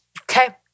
Okay